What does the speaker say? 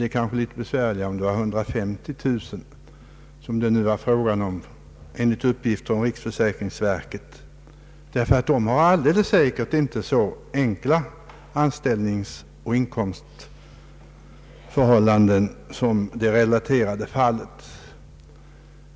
Det skulle bli litet besvärligare med 150 000, som det nu är fråga om enligt uppgift från riksförsäkringsverket. Dessa 150 000 personer har säkert inte så enkla anställningsoch inkomstförhållanden som personen i det relaterade fallet.